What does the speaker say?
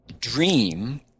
dream